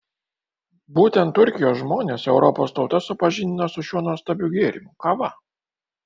būtent turkijos žmonės europos tautas supažindino su šiuo nuostabiu gėrimu kava